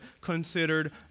considered